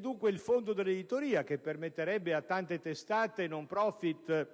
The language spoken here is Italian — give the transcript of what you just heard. Dunque, il Fondo per l'editoria permetterebbe a tante testate *no profit*